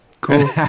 Cool